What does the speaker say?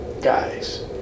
guys